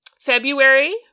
February